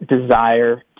desire